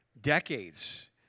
decades